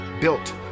built